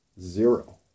Zero